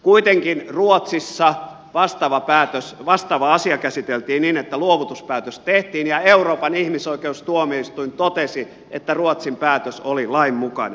kuitenkin ruotsissa vastaava asia käsiteltiin niin että luovutuspäätös tehtiin ja euroopan ihmisoikeustuomioistuin totesi että ruotsin päätös oli lainmukainen